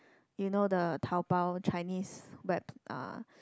you know the Taobao Chinese web uh